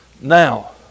Now